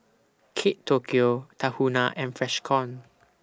Kate Tokyo Tahuna and Freshkon